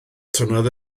tynnodd